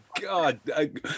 God